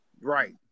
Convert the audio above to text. Right